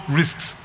risks